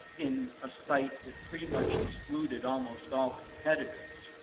in a site that pretty much excluded almost all competitors.